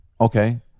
Okay